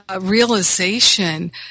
realization